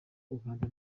uganda